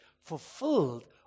fulfilled